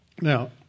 Now